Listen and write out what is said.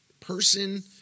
person